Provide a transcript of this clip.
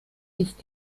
ist